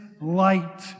light